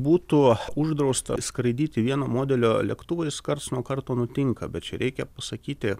būtų uždrausta skraidyti vieno modelio lėktuvais karts nuo karto nutinka bet čia reikia pasakyti